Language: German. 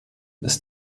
ist